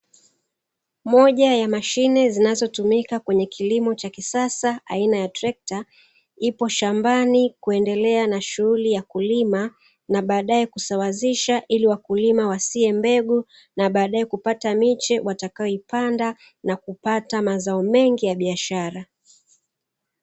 Moja ya mashine zinazo tumika aina ya trekta ili kusia mbegu nakupata mazao mengi ya biashara